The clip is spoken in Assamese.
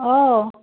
অ'